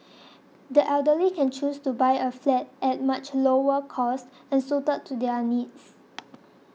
the elderly can choose to buy a flat at much lower cost and suited to their needs